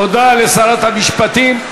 תודה לשרת המשפטים.